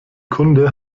kunde